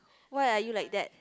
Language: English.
why are you like that